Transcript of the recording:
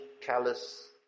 callous